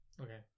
okay